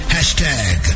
Hashtag